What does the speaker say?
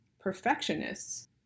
perfectionists